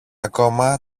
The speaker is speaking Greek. ακόμα